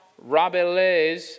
Rabelais